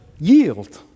yield